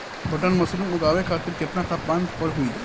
Button mushroom उगावे खातिर केतना तापमान पर होई?